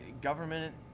government